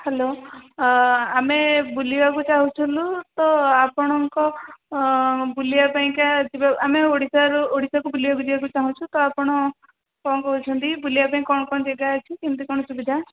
hello ଆମେ ବୁଲିବାକୁ ଚାହୁଁଥୁଲୁ ତ ଆପଣଙ୍କ ବୁଲିବା ପାଇଁକା ଯିବା ଆମେ ଓଡ଼ିଶାକୁ ବୁଲିବାକୁ ଯିବାକୁ ଚାହୁଁଛୁ ତ ଆପଣ କ'ଣ କହୁଛନ୍ତି ବୁଲିବା ପାଇଁ କ'ଣ କ'ଣ ଜାଗା ଅଛି କେମିତି କ'ଣ ସୁବିଧା